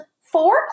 four